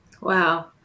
Wow